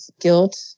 guilt